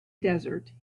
desert